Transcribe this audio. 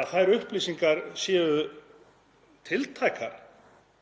að þær upplýsingar séu tiltækar